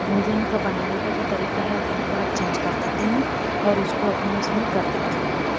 भोजन का बनाने का जो तरीका है उसको थोड़ा चेंज कर देती हूँ और उसको अपने इसमें कर लेती हूँ